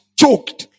choked